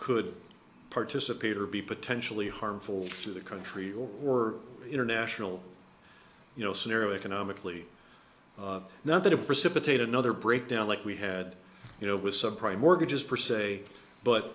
could participate or be potentially harmful to the country or international you know scenario economically another precipitate another breakdown like we had you know with subprime mortgages per se but